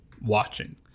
watching